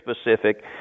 specific